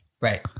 Right